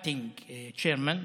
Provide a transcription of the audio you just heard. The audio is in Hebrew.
Acting Chairman,